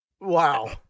Wow